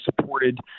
supported